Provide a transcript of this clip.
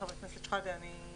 חבר הכנסת מרגי,